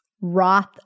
Roth